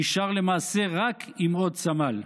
נשאר למעשה רק עם עוד סמל.